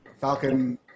Falcon